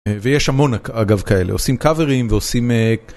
ויש המון אגב כאלה, עושים קאברים ועושים...